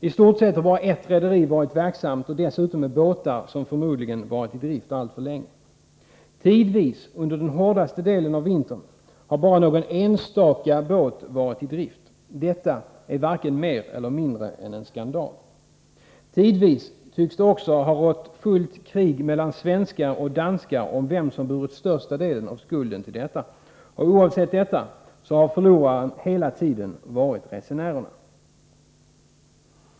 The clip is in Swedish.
I stort sett har bara ett rederi varit verksamt, och dessutom med båtar som förmodligen varit i drift alltför länge. Tidvis — under den hårdaste delen av vintern — har bara någon enstaka båt varit i drift. Detta är varken mer eller mindre än en skandal. Tidvis tycks det också ha rått fullt krig mellan svenskar och danskar om vem som burit största delen av skulden. Oavsett detta har förlorarna hela tiden varit resenärerna.